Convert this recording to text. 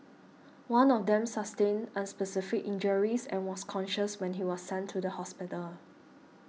one of them sustained unspecified injuries and was conscious when he was sent to hospital